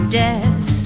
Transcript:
death